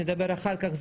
נדבר אחר כך,